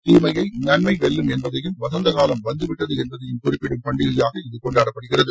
தீமையை நன்மை வெல்லும் என்பதையும் வசந்த காலம் வந்துவிட்டது என்பதையும் குறிப்பிடும் பண்டிகையாக இது கொண்டாடப்படுகிறது